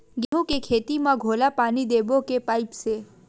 गेहूं के खेती म घोला पानी देबो के पाइप से?